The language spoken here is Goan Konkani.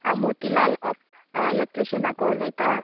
हांव मोतीलाल ऑप इलॅक्ट्रिशनाको उलयतां